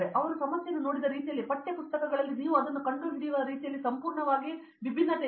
ಅವರು ಸಮಸ್ಯೆಯನ್ನು ನೋಡಿದ ರೀತಿಯಲ್ಲಿ ಪಠ್ಯ ಪುಸ್ತಕಗಳಲ್ಲಿ ನೀವು ಅದನ್ನು ಕಂಡುಹಿಡಿಯಲು ಸಂಪೂರ್ಣವಾಗಿ ವಿಭಿನ್ನವಾಗಿದೆ